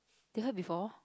you heard before